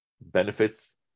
Benefits